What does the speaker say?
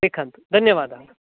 लिखन्तु धन्यवादः